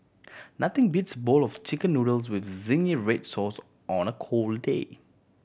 nothing beats bowl of Chicken Noodles with zingy red sauce on a cold day